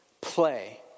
play